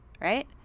right